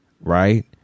right